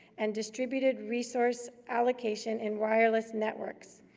and distributed resource allocation in wireless networks.